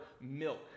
milk